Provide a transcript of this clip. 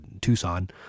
tucson